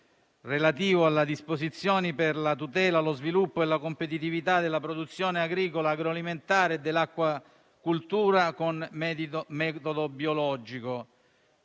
recante disposizioni per la tutela, lo sviluppo e la competitività della produzione agricola, agroalimentare e dell'acquacoltura con metodo biologico.